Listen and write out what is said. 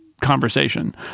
conversation